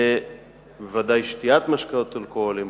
בוודאי שתיית משקאות אלכוהוליים,